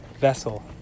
vessel